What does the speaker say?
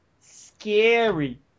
Scary